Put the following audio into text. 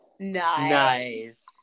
nice